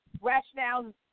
rationale